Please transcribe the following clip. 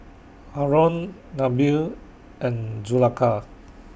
Haron Nabil and Zulaikha